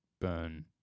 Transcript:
burn